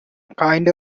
kind